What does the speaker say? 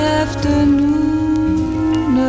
afternoon